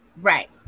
Right